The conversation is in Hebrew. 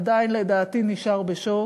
ועדיין, לדעתי, נשאר בשוק.